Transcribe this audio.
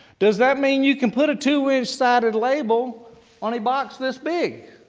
does that mean you can put a two-inch sided label on a box this big?